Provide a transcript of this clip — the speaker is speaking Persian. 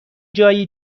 جایی